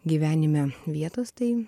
gyvenime vietos tai